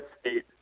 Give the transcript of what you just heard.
state